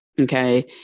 okay